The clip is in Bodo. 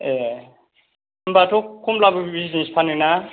ए होनबाथ' खमलाबो बिजनेस फानो ना